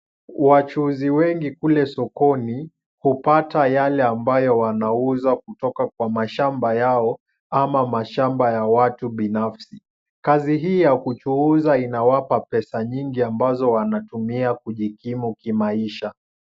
Wachuuzi wengi kule sokoni hupata yale ambayo wanauza kutoka kwa mashamba yao ama mashamba ya watu binafsi . Kazi hii ya kuchuuza inawapa pesa nyingi ambazo wanatumia kujikimu kimaisha.